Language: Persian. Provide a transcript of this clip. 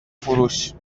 فروش